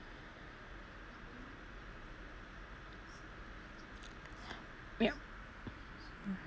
yup